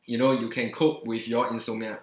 you know you can cope with your insomnia